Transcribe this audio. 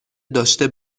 داشته